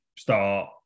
start